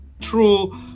true